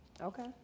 Okay